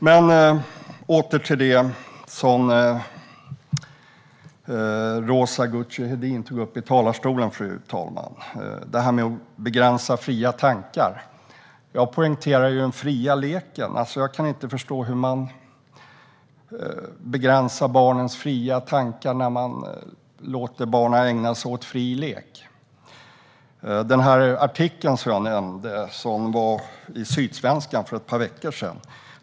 Men åter till det som Roza Güclü Hedin tog upp i talarstolen, fru talman! Hon talade om att begränsa fria tankar. Jag poängterade den fria leken. Jag kan inte förstå hur man begränsar barnens fria tankar när man låter barnen ägna sig åt fri lek. Jag nämnde en artikel som publicerades i Sydsvenskan för ett par veckor sedan.